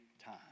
time